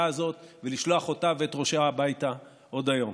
הזאת ולשלוח אותה ואת ראשה הביתה עוד היום.